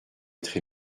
être